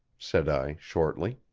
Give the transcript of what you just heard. said i shortly.